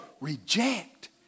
reject